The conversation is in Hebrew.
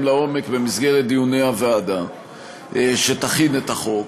לעומק במסגרת דיוני הוועדה שתכין את החוק.